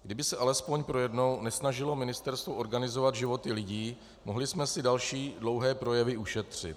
Kdyby se alespoň projednou nesnažilo ministerstvo organizovat životy lidí, mohli jsme si další dlouhé projevy ušetřit.